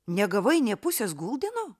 negavai nė pusės guldino